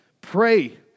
pray